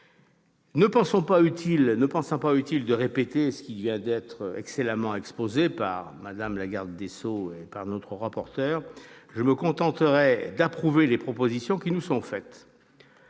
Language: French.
Ne pensant pas utile de répéter ce qui vient d'être excellemment exposé par Mme la garde des sceaux et par notre rapporteur, je me contenterai d'approuver les propositions qui nous sont faites,